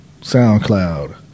SoundCloud